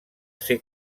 ser